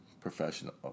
professional